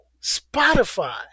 Spotify